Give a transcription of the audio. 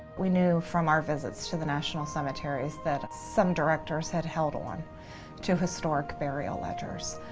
we knew from our visits to the national cemeteries that some directors had held on to historic burial ledgers.